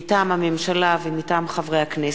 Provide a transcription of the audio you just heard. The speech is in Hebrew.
מטעם הממשלה ומטעם הכנסת.